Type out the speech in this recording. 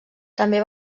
també